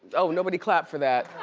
oh, nobody clapped for that,